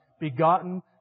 Begotten